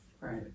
right